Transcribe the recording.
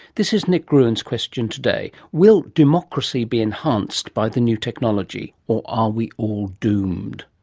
this is nick gruen's question today will democracy be enhanced by the new technology or are we all doomed?